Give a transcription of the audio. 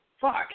Fuck